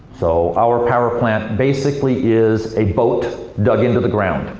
so our power plant basically is a boat dug into the ground,